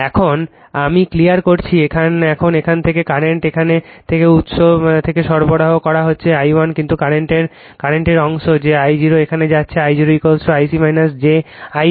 এখন আমি ক্লিয়ার করছি এখন এখান থেকে কারেন্ট এখান থেকে উৎস থেকে সরবরাহ করা হচ্ছে I1 কিন্তু কারেন্টের অংশ যে I0 এখানে যাচ্ছে I0 Ic j Im